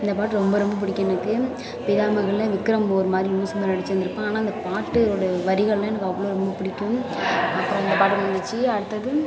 இந்த பாட்டு ரொம்ப ரொம்ப பிடிக்கும் எனக்கு பிதாமகனில் விக்ரம் ஒருமாதிரி மோசமாக நடிச்சு இருந்துருப்பான் ஆனால் அந்த பாட்டு உடைய வரிகளெலாம் எனக்கு அவ்வளோ ரொம்ப பிடிக்கும் அந்த பாட்டு முடிஞ்சிச்சு அடுத்தது